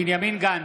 בנימין גנץ,